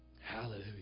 Hallelujah